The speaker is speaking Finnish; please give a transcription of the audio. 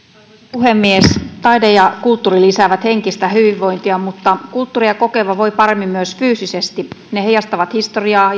puhemies taide ja kulttuuri lisäävät henkistä hyvinvointia mutta kulttuuria kokeva voi paremmin myös fyysisesti ne heijastavat historiaa